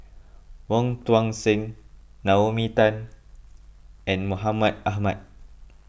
Wong Tuang Seng Naomi Tan and Mohamed Ahmed